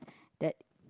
that